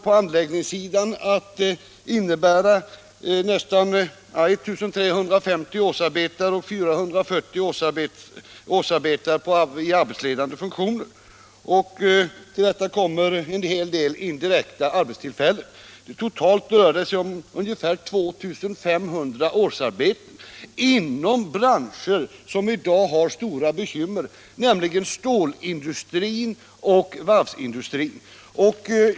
På anläggningssidan kommer det att röra sig om nästan 1 350 årsarbetare och 440 årsarbetande i arbetsledande funktioner. Till detta kommer en hel del indirekta arbetstillfällen. Totalt rör det sig om ungefär 2 500 årsarbetare inom branscher som i dag har stora bekymmer, nämligen stålindustrin och varvsindustrin.